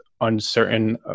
uncertain